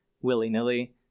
willy-nilly